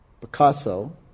Picasso